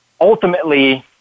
ultimately